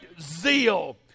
zeal